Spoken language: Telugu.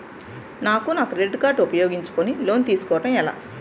నాకు నా క్రెడిట్ కార్డ్ ఉపయోగించుకుని లోన్ తిస్కోడం ఎలా?